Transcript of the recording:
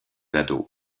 ados